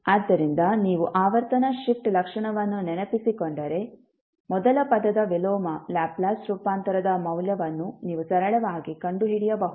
ಆದ್ದರಿಂದ ನೀವು ಆವರ್ತನ ಶಿಫ್ಟ್ ಲಕ್ಷಣವನ್ನು ನೆನಪಿಸಿಕೊಂಡರೆ ಮೊದಲ ಪದದ ವಿಲೋಮ ಲ್ಯಾಪ್ಲೇಸ್ ರೂಪಾಂತರದ ಮೌಲ್ಯವನ್ನು ನೀವು ಸರಳವಾಗಿ ಕಂಡುಹಿಡಿಯಬಹುದು